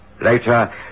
Later